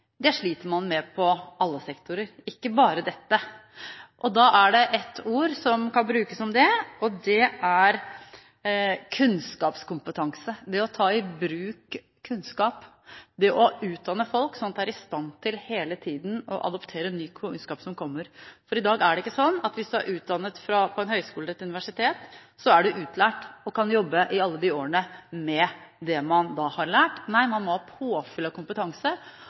Det sliter man med på alle sektorer, ikke bare dette. Da er det ett ord som kan brukes om det, og det er kunnskapskompetanse, det å ta i bruk kunnskap, det å utdanne folk slik at de hele tida er i stand til å adoptere ny kunnskap som kommer. I dag er det ikke slik at hvis man er utdannet på en høyskole eller et universitet, er man utlært og kan jobbe i alle år med det man da har lært. Nei, man må ha påfyll av kompetanse,